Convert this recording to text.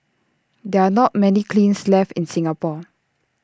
there are not many kilns left in Singapore